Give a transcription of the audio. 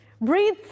breathe